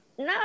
no